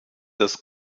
das